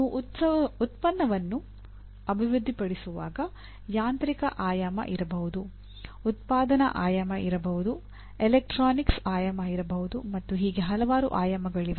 ನೀವು ಉತ್ಪನ್ನವನ್ನು ಅಭಿವೃದ್ಧಿಪಡಿಸುವಾಗ ಯಾಂತ್ರಿಕ ಆಯಾಮ ಇರಬಹುದು ಉತ್ಪಾದನಾ ಆಯಾಮ ಇರಬಹುದು ಎಲೆಕ್ಟ್ರಾನಿಕ್ಸ್ ಆಯಾಮ ಇರಬಹುದು ಮತ್ತು ಹೀಗೆ ಹಲವಾರು ಆಯಾಮಗಳಿವೆ